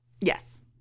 Yes